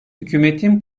hükümetin